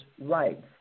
Rights